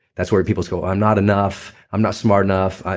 that's where people go, i'm not enough, i'm not smart enough,